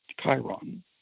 Chiron